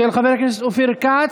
של חבר הכנסת אופיר כץ.